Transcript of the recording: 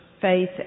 faith